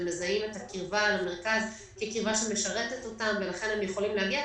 הם מזהים את הקרבה למרכז כקרבה שמשרתת אותם ולכן הם יכולים להגיע.